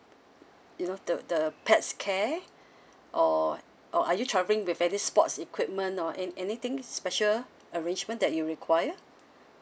you know the the pets care or or are you travelling with any sports equipment or any anything special arrangement that you require